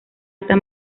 esta